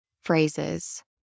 phrases